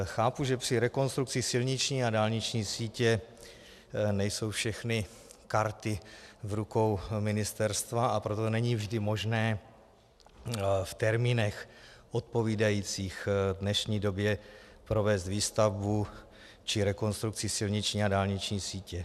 Chápu, že při rekonstrukci silniční a dálniční sítě nejsou všechny karty v rukou ministerstva, a proto není vždy možné v termínech odpovídajících dnešní době provést výstavbu či rekonstrukci silniční a dálniční sítě.